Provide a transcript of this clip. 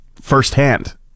firsthand